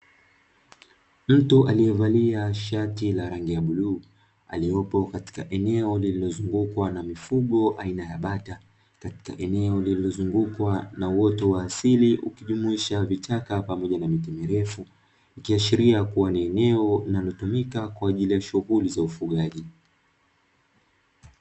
Mtu aliyevalia shati la rangi ya bluu, aliopo katika eneo lililozungukwa na mifugo aina ya bata, katika eneo lililozungukwa na uoto wa asili ukijumuisha vichaka pamoja na miti mirefu, ikiashiria kuwa ni eneo linalotumika kwa ajili ya shughuli za ufugaji.